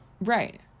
Right